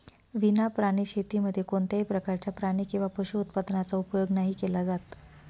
विना प्राणी शेतीमध्ये कोणत्याही प्रकारच्या प्राणी किंवा पशु उत्पादनाचा उपयोग नाही केला जात